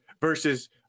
versus